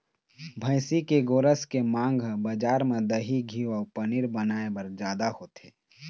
भइसी के गोरस के मांग ह बजार म दही, घींव अउ पनीर बनाए बर जादा होथे